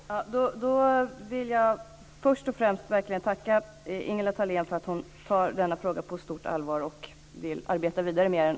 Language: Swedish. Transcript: Fru talman! Då vill jag först och främst verkligen tacka Ingela Thalén för att hon tar denna fråga på stort allvar och vill arbeta vidare med den.